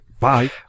Bye